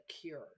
cure